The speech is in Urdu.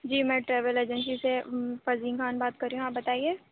جی میں ٹریول ایجنسی سے پروین خان بات کر رہی ہوں آپ بتائیے